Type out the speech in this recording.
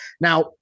now